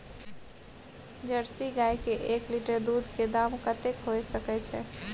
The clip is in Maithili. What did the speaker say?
जर्सी गाय के एक लीटर दूध के दाम कतेक होय सके छै?